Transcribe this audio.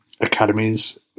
academies